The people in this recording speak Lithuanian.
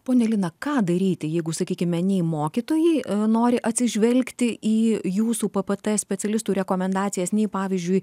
ponia lina ką daryti jeigu sakykime nei mokytojai nori atsižvelgti į jūsų p p t specialistų rekomendacijas nei pavyzdžiui